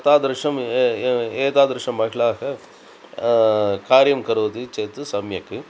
तादृशं एतादृशं महिलाः कार्यं करोति चेत् सम्यक्